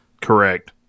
Correct